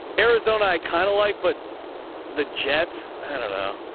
arizona. i kind of like, but the jets, and i dunno.